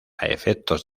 efectos